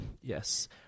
Yes